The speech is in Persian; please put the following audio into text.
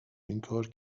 اینکار